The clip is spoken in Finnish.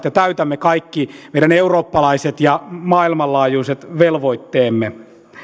ja täytämme kaikki meidän eurooppalaiset ja maailmanlaajuiset velvoitteemme